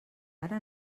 ara